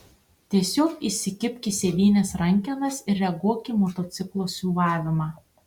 tiesiog įsikibk į sėdynės rankenas ir reaguok į motociklo siūbavimą